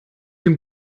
dem